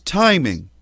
timing